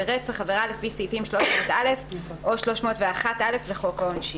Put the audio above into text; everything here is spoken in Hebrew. "רצח" עבירה לפי סעיפים 300(א) או 301א לחוק העונשין."